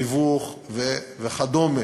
תיווך וכדומה,